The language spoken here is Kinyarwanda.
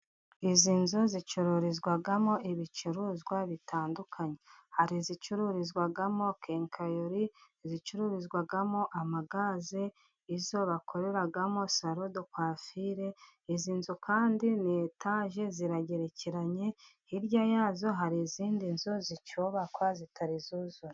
Izi nzu zicururizwamo ibicuruzwa bitandukanye. Hari izicururizwamo kenkayori, izicururizwamo amagaze, izo bakoreramo salo do kwafile. Izi nzu kandi ni yetaje ziragerekeranye, hirya yazo hari izindi nzu zicyubakwa zitari zuzura.